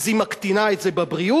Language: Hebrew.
אז היא מקטינה את זה בבריאות,